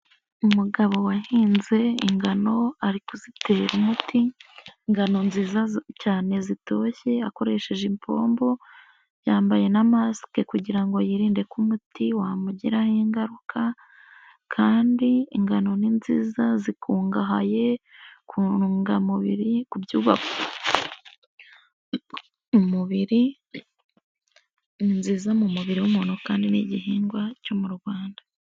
Umugabo wahinze ingano, ari kuzitera umuti, ingano nziza cyane zitoshye akoresheje ipombo, yambaye na masike kugira ngo yirinde ko umuti wamugiraho ingaruka, kandi ingano ni nziza zikungahaye ku ntungamubiri ku mubiri mu mubiri w'umuntu, kandi n'igihingwa cyo mu Rwanda.